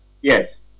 Yes